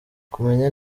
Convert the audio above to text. kumenya